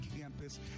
campus